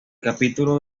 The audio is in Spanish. capítulo